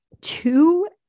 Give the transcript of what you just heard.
two